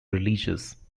releases